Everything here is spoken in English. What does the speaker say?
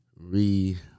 re